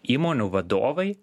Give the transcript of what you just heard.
įmonių vadovai